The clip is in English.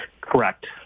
Correct